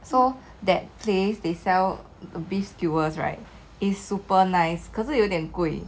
so that place they sell beef skewers right is super nice 可是有点贵